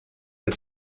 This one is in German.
der